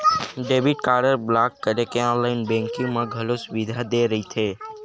debit card block करे के online banking म घलो सुबिधा दे रहिथे